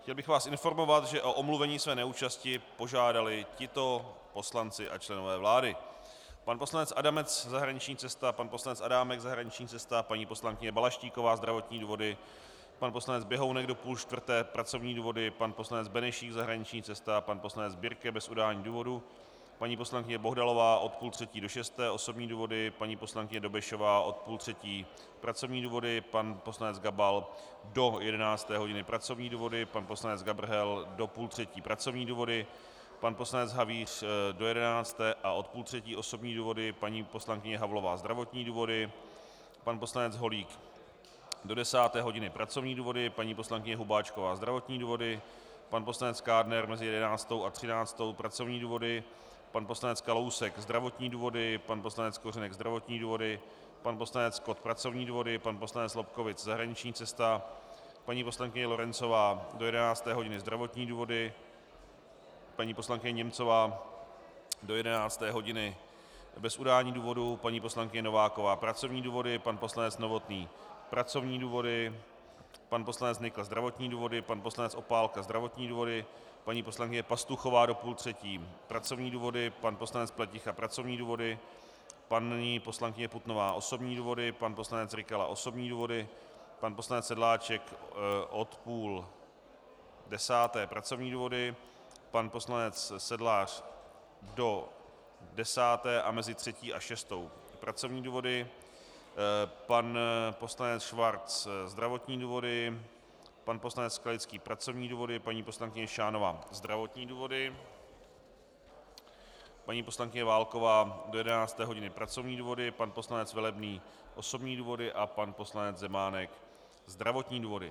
Chtěl bych vás informovat, že o omluvení své neúčasti požádali tito poslanci a členové vlády: pan poslanec Adamec zahraniční cesta, pan poslanec Adámek zahraniční cesta, paní poslankyně Balaštíková zdravotní důvody, pan poslanec Běhounek do půl čtvrté pracovní důvody, pan poslanec Benešík zahraniční cesta, pan poslanec Birke bez udání důvodu, paní poslankyně Bohdalová od půl třetí do šesté osobní důvody, paní poslankyně Dobešová od půl třetí pracovní důvody, pan poslanec Gabal do 11. hodiny pracovní důvody, pan poslanec Gabrhel do půl třetí pracovní důvody, pan poslanec Havíř do jedenácti a od půl třetí osobní důvody, paní poslankyně Havlová zdravotní důvody, pan poslanec Holík do 10. hodiny pracovní důvody, paní poslankyně Hubáčková zdravotní důvody, pan poslanec Kádner mezi 11.00 a 13.00 pracovní důvody, pan poslanec Kalousek zdravotní důvody, pan poslanec Kořenek zdravotní důvody, pan poslanec Kott pracovní důvody, pan poslanec Lobkowicz zahraniční cesta, paní poslankyně Lorencová do 11. hodiny zdravotní důvody, paní poslankyně Němcová do 11. hodiny bez udání důvodu, paní poslankyně Nováková pracovní důvody, pan poslanec Novotný pracovní důvody, pan poslanec Nykl zdravotní důvody, pan poslanec Opálka zdravotní důvody, paní poslankyně Pastuchová do půl třetí pracovní důvody, pan poslanec Pleticha pracovní důvody, paní poslankyně Putnová osobní důvody, pan poslanec Rykala osobní důvody, pan poslanec Sedláček od půl desáté pracovní důvody, pan poslanec Sedlář do desáté a mezi třetí a šestou pracovní důvody, pan poslanec Schwarz zdravotní důvody, pan poslanec Skalický pracovní důvody, paní poslankyně Šánová zdravotní důvody, paní poslankyně Válková do 11. hodiny pracovní důvody, pan poslanec Velebný osobní důvody a pan poslanec Zemánek zdravotní důvody.